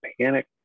panic